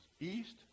East